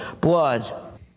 blood